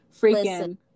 freaking